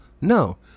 No